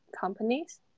companies